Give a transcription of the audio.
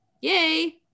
yay